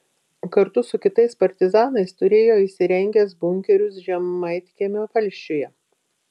kartu su kitais partizanais turėjo įsirengęs bunkerius žemaitkiemio valsčiuje